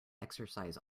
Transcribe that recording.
exercise